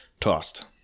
tossed